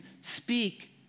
speak